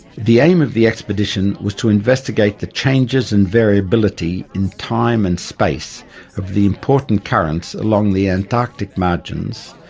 the aim of the expedition was to investigate the changes and variability in time and space of the important currents along the antarctic margins,